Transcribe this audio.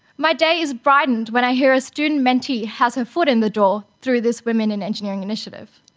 my day is brightened when i hear a student mentee has her foot in the door through this women in engineering initiative.